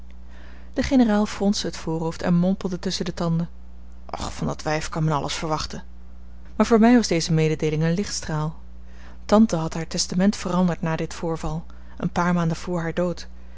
de generaal fronste het voorhoofd en mompelde tusschen de tanden och van dat wijf kan men alles verwachten maar voor mij was deze mededeeling een lichtstraal tante had haar testament veranderd na dit voorval een paar maanden voor haar dood